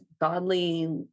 godly